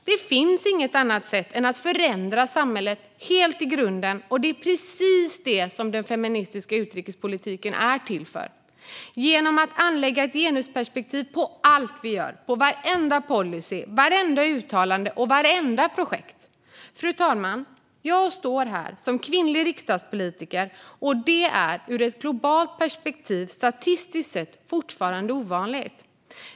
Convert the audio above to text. Det finns inget annat sätt än att förändra samhället i grunden, och det är precis det den feministiska utrikespolitiken är till för. Vi anlägger ett genusperspektiv på allt vi gör - på varenda policy, vartenda uttalande och vartenda projekt. Fru talman! Jag står här som kvinnlig riksdagspolitiker, vilket ur ett globalt perspektiv statistiskt sett fortfarande är ovanligt.